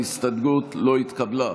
ההסתייגות לא התקבלה.